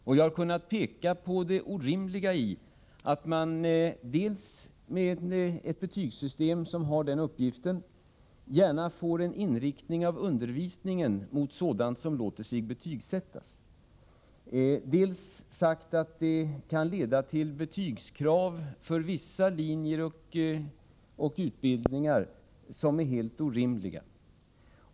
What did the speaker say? Jag har också kunnat peka på att vi med ett betygssystem som har denna uppgift gärna får en inriktning av undervisningen mot sådant som låter sig betygsättas. Det kan även leda till betygskrav för vissa linjer och utbildningar som är helt orimliga.